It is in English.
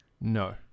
No